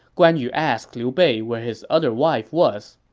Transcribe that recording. guan yu asked liu bei where his other wife was.